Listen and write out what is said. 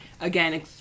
Again